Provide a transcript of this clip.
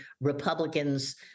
Republicans